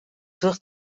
wird